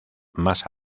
más